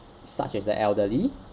such as the elderly